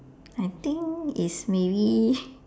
I think is maybe